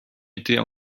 étaient